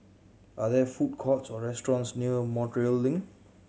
are there food courts or restaurants near Montreal Link